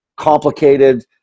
complicated